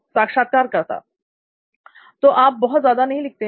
साक्षात्कारकर्ता तो आप बहुत ज्यादा नहीं लिखते हैं